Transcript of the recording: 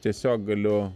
tiesiog galiu